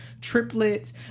triplets